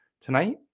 Tonight